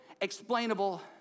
explainable